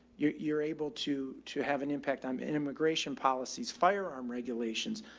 you're, you're able to to have an impact. i'm in immigration policies, firearm regulations,